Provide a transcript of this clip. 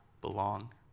belong